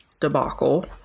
debacle